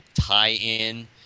tie-in